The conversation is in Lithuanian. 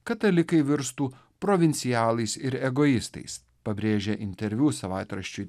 katalikai virstų provincialais ir egoistais pabrėžė interviu savaitraščiui